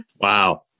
Wow